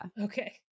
Okay